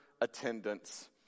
attendance